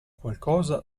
qualcosa